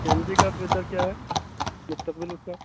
سی N G کا future کیا ہے مستقبل اس کا